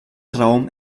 raum